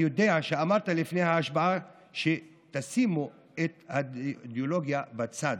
אני יודע שאמרת לפני ההשבעה שתשימו את האידיאולוגיה בצד.